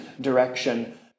direction